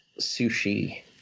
sushi